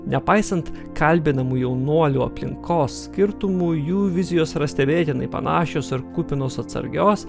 nepaisant kalbinamų jaunuolių aplinkos skirtumų jų vizijos yra stebėtinai panašios ir kupinos atsargios